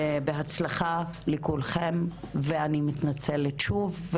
אז בהצלחה לכולכם ואני מתנצלת שוב,